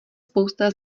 spousta